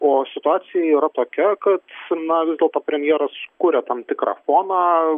o situacija yra tokia kad na vis dėlto premjeras kuria tam tikrą foną